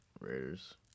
Raiders